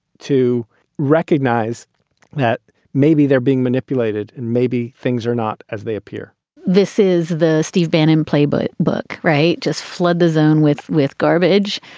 to recognize that maybe they're being manipulated and maybe things are not as they appear this is the steve bannon playbook book, right? just flood the zone with with garbage.